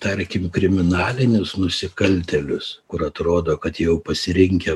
tarkim kriminalinius nusikaltėlius kur atrodo kad jau pasirinkę